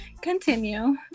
Continue